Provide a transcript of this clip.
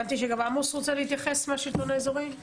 הבנתי שגם עמוס מהשלטון האזורי רוצה להתייחס.